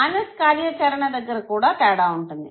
anus కార్యాచరణ దగ్గర కూడా తేడా ఉంటుంది